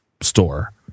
store